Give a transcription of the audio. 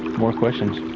more questions.